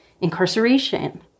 incarceration